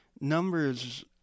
numbers